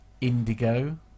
Indigo